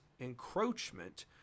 encroachment